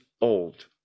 old